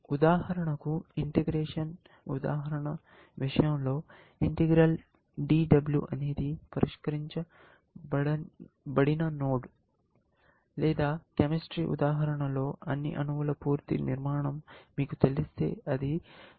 ఉదాహరణకు ఇంటిగ్రేషన్ ఉదాహరణ విషయంలో ఇంటిగ్రల్ DW అనేది పరిష్కరించబడిన నోడ్ లేదా కెమిస్ట్రీ ఉదాహరణలో అన్ని అణువుల పూర్తి నిర్మాణం మీకు తెలిస్తే అది పరిష్కరించబడిన నోడ్